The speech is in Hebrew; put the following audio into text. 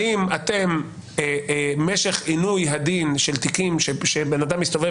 האם משך עינוי הדין של תיקים שבו בן אדם מסתובב